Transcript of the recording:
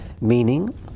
Meaning